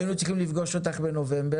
היינו צריכים לפגוש אותך בנובמבר,